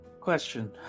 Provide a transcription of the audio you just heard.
Question